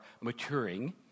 maturing